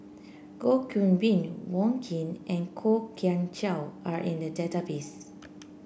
Goh Qiu Bin Wong Keen and Kwok Kian Chow are in the database